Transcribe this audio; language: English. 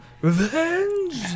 Revenge